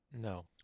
No